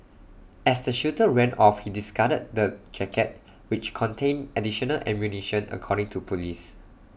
as the shooter ran off he discarded the jacket which contained additional ammunition according to Police